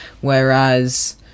whereas